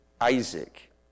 Isaac